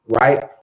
Right